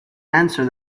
answer